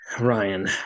Ryan